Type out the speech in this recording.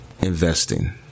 investing